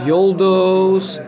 Yoldos